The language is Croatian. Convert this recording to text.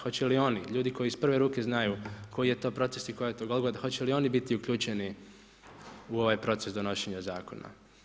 Hoće li oni, ljudi koji iz prve ruke znaju koji je to proces i koja je to golgota, hoće li oni biti uključeni u ovaj proces donošenja zakona.